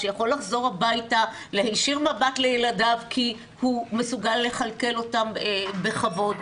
שיכול לחזור הביתה להישיר מבט לילדיו כי הוא מסוגל לכלכל אותם בכבוד.